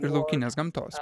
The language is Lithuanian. ir laukinės gamtos